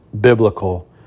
biblical